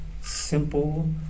simple